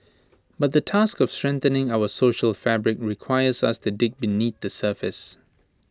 but the task of strengthening our social fabric requires us to dig beneath the surface